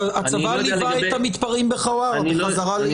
הצבא ליווה את המתפרעים בחווארה בחזרה ליצהר.